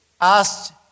asked